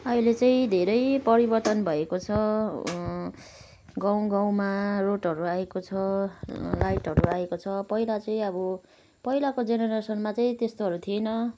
अहिले चाहिँ धेरै परिवर्तन भएको छ गाउँ गाउँमा रोडहरू आएको छ लाइटहरू आएको पहिला चाहिँ अब पहिलाको जेनेरसनमा चाहिँ त्यस्तोहरू थिएन